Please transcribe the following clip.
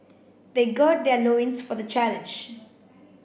they gird their loins for the challenge